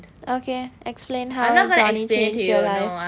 okay explain how johnny changed your life